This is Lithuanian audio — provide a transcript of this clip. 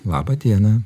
labą dieną